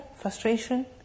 frustration